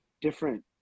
different